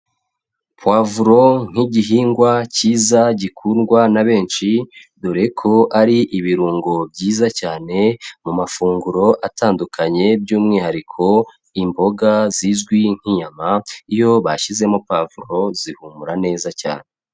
Puavro nk'igihingwa kiza gikundwa na benshi dore ko ari ibirungo byiza cyane mu mafunguro atandukanye by'umwihariko imboga zizwi nk'inyama iyo bashyizemo puavro zihumura neza cyane.